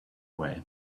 way